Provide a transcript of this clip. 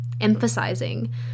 emphasizing